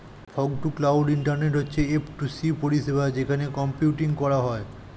fog to cloud internet হচ্ছে F to C পরিষেবা যেখানে কম্পিউটিং করা হয়